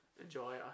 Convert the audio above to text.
enjoy